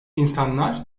insanlar